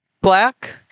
black